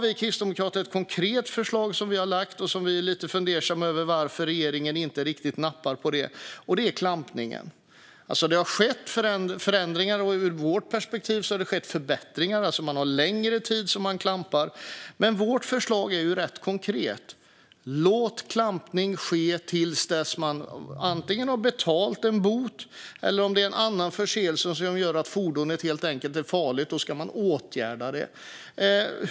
Vi kristdemokrater har lagt fram ett konkret förslag. Vi är lite fundersamma över varför regeringen inte riktigt nappar på det. Det gäller klampningen. Det har skett förändringar, och ur vårt perspektiv har det skett förbättringar. Man klampar alltså längre tid. Men vårt förslag är rätt konkret: Låt klampning ske till dess att man antingen har betalat en bot eller har åtgärdat fordonet, om det gäller en annan förseelse som gör att fordonet helt enkelt är farligt. Fru talman!